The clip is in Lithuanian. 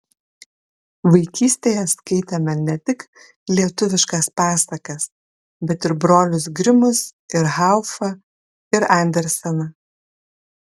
vaikystėje skaitėme ne tik lietuviškas pasakas bet ir brolius grimus ir haufą ir anderseną